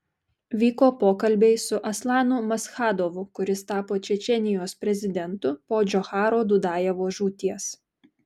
vyko pokalbiai su aslanu maschadovu kuris tapo čečėnijos prezidentu po džocharo dudajevo žūties